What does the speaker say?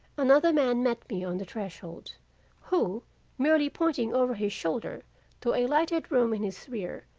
another man met me on the threshold who merely pointing over his shoulder to a lighted room in his rear,